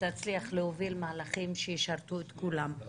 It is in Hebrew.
תצליח להוביל מהלכים שישרתו את כולם.